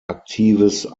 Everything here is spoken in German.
aktives